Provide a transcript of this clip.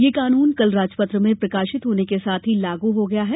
यह कानून कल राजपत्र में प्रकाशित होने के साथ ही लागू हो गया है